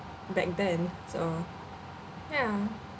back then so ya